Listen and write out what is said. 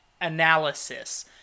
analysis